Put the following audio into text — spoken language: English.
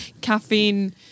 caffeine